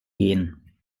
gehen